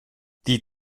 die